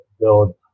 build